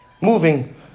moving